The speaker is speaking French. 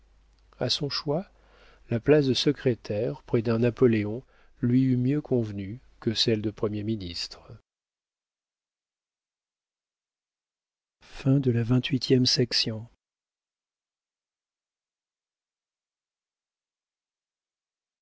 a son choix la place de secrétaire près d'un napoléon lui eût mieux convenu que celle de premier ministre